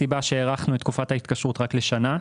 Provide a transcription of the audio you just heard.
הסיבה שבגללה הארכנו את תקופת ההתקשרות רק לשנה.